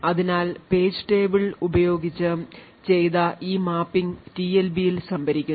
അതിനാൽ page table ഉപയോഗിച്ച് ചെയ്ത ഈ മാപ്പിംഗ് TLB ൽ സംഭരിച്ചിരിക്കുന്നു